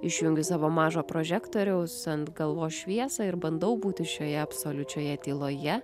išjungiu savo mažo prožektoriaus ant galvos šviesą ir bandau būti šioje absoliučioje tyloje